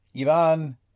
Ivan